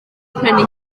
prynu